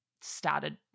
started